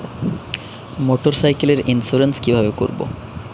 মোটরসাইকেলের ইন্সুরেন্স কিভাবে করব?